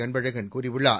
அன்பழகன் கூறியுள்ளார்